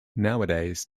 nowadays